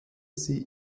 sie